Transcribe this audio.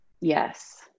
Yes